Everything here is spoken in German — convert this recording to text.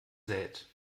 sät